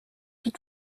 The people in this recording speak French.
plus